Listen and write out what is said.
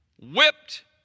whipped